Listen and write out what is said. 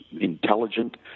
intelligent